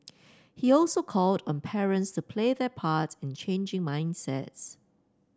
he also called on parents to play their parts in changing mindsets